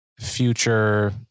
future